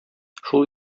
шул